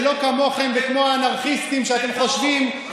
שלא כמוכם וכמו האנרכיסטים שאתם חושבים,